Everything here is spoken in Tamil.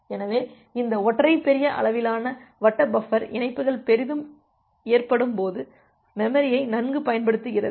எனவே இந்த ஒற்றை பெரிய அளவிலான வட்ட பஃபர் இணைப்புகள் பெரிதும் ஏற்றப்படும்போது மெமரியை நன்கு பயன்படுத்துகிறது